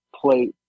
play